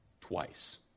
Twice